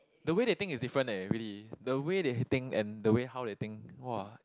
the way they think is different eh really the way they think and the way how they think !wah!